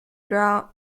grown